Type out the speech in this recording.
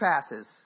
passes